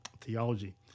theology